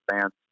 fans